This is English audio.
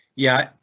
yeah,